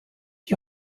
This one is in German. die